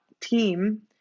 team